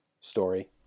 story